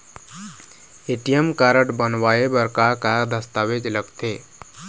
ATM card बनवाए बर का का दस्तावेज लगथे?